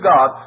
God